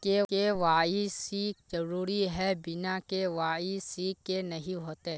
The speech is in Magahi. के.वाई.सी जरुरी है बिना के.वाई.सी के नहीं होते?